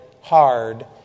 hard